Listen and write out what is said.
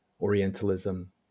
Orientalism